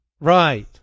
right